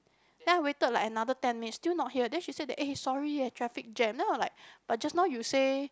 then I waited like another ten minutes still not here then she said that eh sorry eh traffic jam then I'm like but just now you say